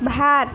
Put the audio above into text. ভাত